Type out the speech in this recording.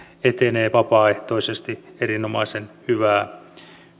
etenee vapaaehtoisesti erinomaisen hyvää